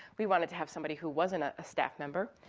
we wanted to have somebody who wasn't a staff member.